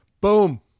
boom